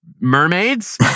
mermaids